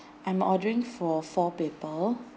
I'm ordering for four people